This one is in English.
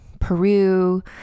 peru